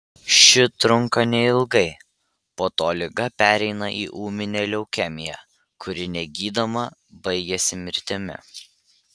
ši trunka neilgai po to liga pereina į ūminę leukemiją kuri negydoma baigiasi mirtimi